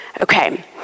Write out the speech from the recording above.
Okay